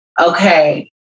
okay